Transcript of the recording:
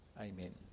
amen